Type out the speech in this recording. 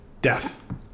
death